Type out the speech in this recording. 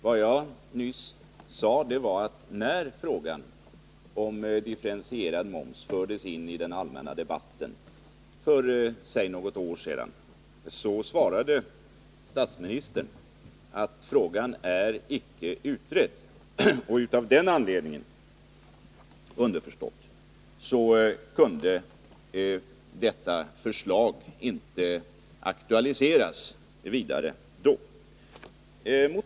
Vad jag nyss sade var att statsministern, när frågan om differentierad moms fördes in i den allmänna debatten för något år sedan, svarade att frågan icke var utredd. Av den anledningen kunde detta förslag — underförstått — inte aktualiseras då.